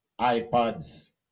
iPads